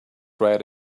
ride